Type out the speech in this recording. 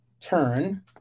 turn